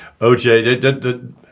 OJ